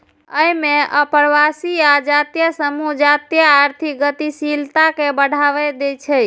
अय मे अप्रवासी आ जातीय समूह जातीय आर्थिक गतिशीलता कें बढ़ावा दै छै